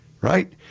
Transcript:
Right